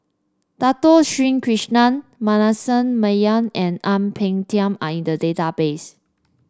Dato Sri Krishna Manasseh Meyer and Ang Peng Tiam are in the database